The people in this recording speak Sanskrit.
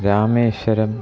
रामेश्वरम्